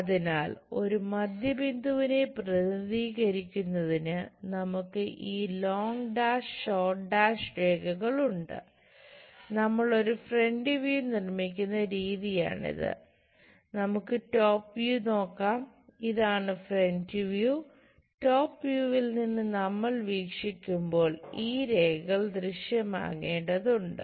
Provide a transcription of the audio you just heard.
അതിനാൽ ഒരു മധ്യ ബിന്ദുവിനെ പ്രതിനിധീകരിക്കുന്നതിന് നമുക്ക് ഈ ലോങ്ങ് ഡാഷ് നിന്ന് നമ്മൾ വീക്ഷിക്കുമ്പോൾ ഈ രേഖകൾ ദൃശ്യമാകേണ്ടതുണ്ട്